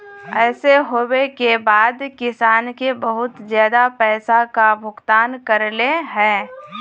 ऐसे होबे के बाद किसान के बहुत ज्यादा पैसा का भुगतान करले है?